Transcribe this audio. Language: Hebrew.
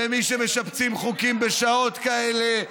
למי שמשבצים חוקים בשעות כאלה.